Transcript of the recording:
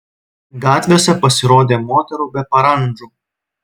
gatvėse pasirodė moterų be parandžų